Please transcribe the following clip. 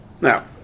Now